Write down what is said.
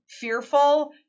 fearful